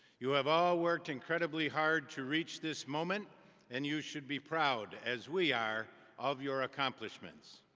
you have all worked incredibly hard to reach this moment and you should be proud as we are of your accomplishments.